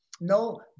No